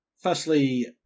firstly